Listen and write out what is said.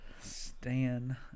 Stan